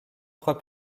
trois